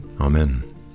Amen